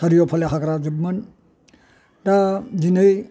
सारिय'फाले हाग्राजोबमोन दा दिनै